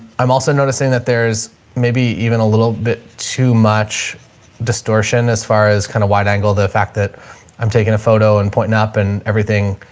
i'm also noticing that there's maybe even a little bit too much distortion as far as kind of wide angle. the fact that i'm taking a photo and pointing up and everything,